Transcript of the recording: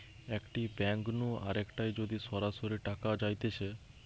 একটি ব্যাঙ্ক নু আরেকটায় যদি সরাসরি টাকা যাইতেছে